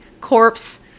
corpse